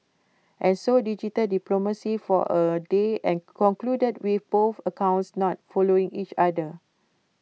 and so digital diplomacy for A day and concluded with both accounts not following each other